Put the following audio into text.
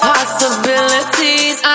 Possibilities